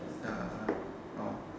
err oh